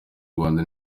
rwanda